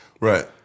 Right